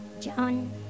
John